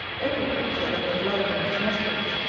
every creature that hath life in its nostrils,